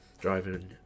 driving